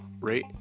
rate